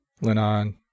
Linon